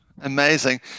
amazing